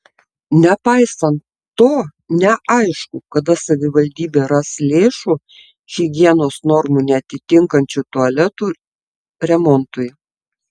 nepaisant to neaišku kada savivaldybė ras lėšų higienos normų neatitinkančių tualetų remontui